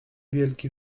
wielki